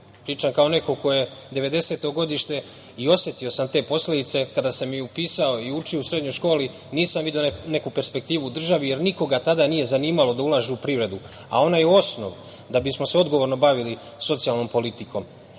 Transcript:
svi. Pričam kao neko ko je devedeseto godište, i osetio sam te posledice kada sam upisao i učio u srednjoj školi, nisam video neku perspektivu u državi, jer nikoga tada nije zanimalo da ulaže u privredu. Onaj osnov da bismo se odgovorno bavili socijalnom politikom,